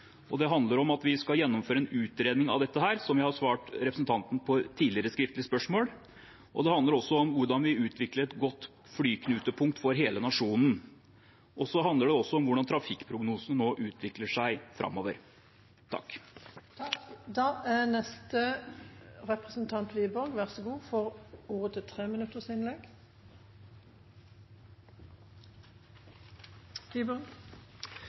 og det handler om at vi skal gjennomføre en utredning av dette her, som jeg har svart representanten på i et tidligere skriftlig spørsmål. Det handler også om hvordan vi utvikler et godt flyknutepunkt for hele nasjonen, og om hvordan trafikkprognosene nå utvikler seg framover.